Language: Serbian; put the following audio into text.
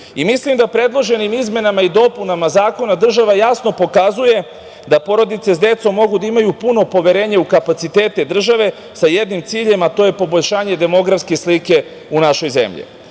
suda. Mislim da predloženim izmenama i dopunama Zakona država jasno pokazuje da porodice sa decom mogu da imaju puno poverenje u kapacitete države sa jednim ciljem, a to je poboljšanje demografske slike u našoj zemlji.